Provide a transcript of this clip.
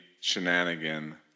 shenanigan